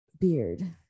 beard